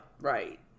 Right